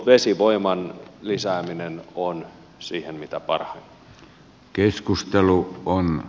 vesivoiman lisääminen on siihen mitä parhain ratkaisu